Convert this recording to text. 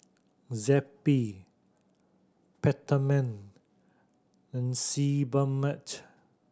Zappy Peptamen and Sebamed